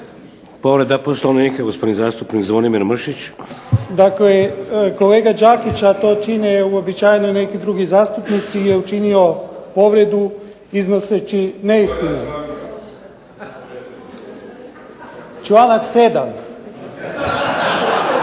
Povreda Poslovnika, gospodin zastupnik Zvonimir Mršić. **Mršić, Zvonimir (SDP)** Dakle kolega Đakić, a to čine uobičajeno i neki drugi zastupnici, je učinio povredu iznoseći neistinu. …/Upadica